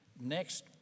next